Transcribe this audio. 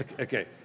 Okay